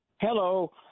Hello